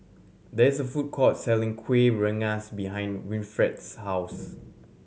there is a food court selling Kueh Rengas behind Winfred's house